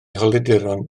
holiaduron